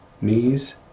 knees